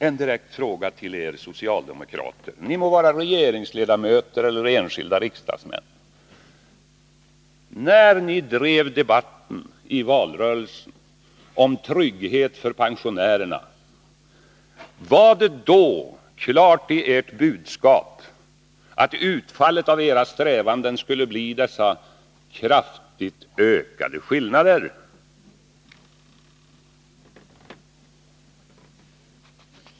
En direkt fråga till er socialdemokrater, ni må vara regeringsledamöter eller enskilda riksdagsmän: När ni i valrörelsen drev debatten om trygghet för pensionärerna, var ni då medvetna om att utfallet av era strävanden skulle bli dessa kraftigt ökade skillnader?